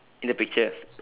in the pictures